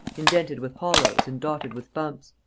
indented with hollows and dotted with bumps.